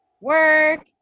work